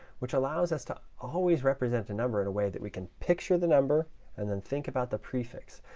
which allows us to always represent a number in a way that we can picture the number and then think about the prefix.